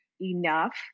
enough